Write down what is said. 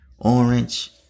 Orange